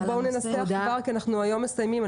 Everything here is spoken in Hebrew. ננסח כי היום אנחנו מסיימים.